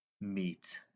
meat